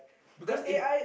because it